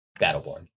Battleborn